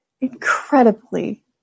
incredibly